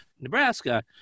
Nebraska